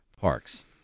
Parks